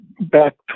back